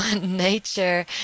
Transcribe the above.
nature